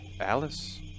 Alice